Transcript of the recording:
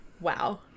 Wow